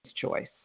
choice